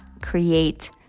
create